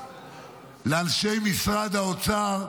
לאנשי משרד האוצר,